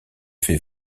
fait